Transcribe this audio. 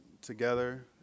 together